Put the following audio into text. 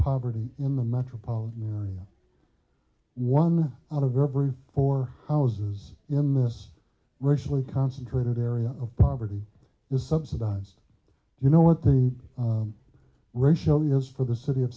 poverty in the metropolitan area one out of every four houses in this racially concentrated area of poverty is subsidized you know what the racial years for the city of